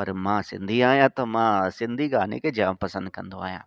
पर मां सिंधी आहियां त मां सिंधी गाने खे जाम पसंदि कंदो आहियां